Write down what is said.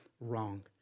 wrong